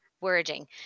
wording